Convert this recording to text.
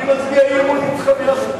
אני מצביע אי-אמון אתך יחד.